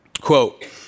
quote